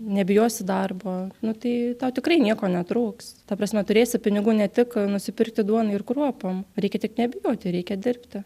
nebijosi darbo nu tai tau tikrai nieko netrūks ta prasme turėsi pinigų ne tik nusipirkti duonai ir kruopom reikia tik nebijoti reikia dirbti